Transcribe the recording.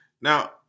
Now